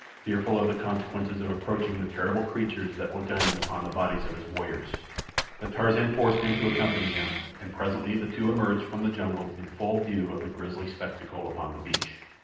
fearful of the consequences of approaching the terrible creatures that were dining upon the bodies of his warriors but tarzan forced him to accompany him, and presently the two emerged from the jungle in full view of the grisly spectacle upon the beach.